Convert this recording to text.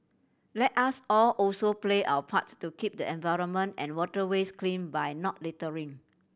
let us all also play our part to keep the environment and waterways clean by not littering